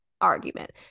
argument